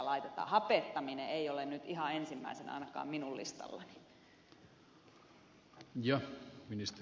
hapettaminen ei ole nyt ihan ensimmäisenä ainakaan minun listallani